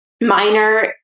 minor